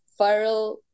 viral